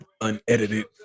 unedited